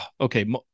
okay